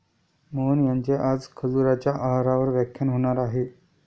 मोहन यांचे आज खजुराच्या आहारावर व्याख्यान होणार आहे